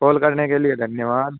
کال کرنے کے لیے دھنیہ واد